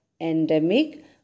endemic